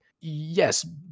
yes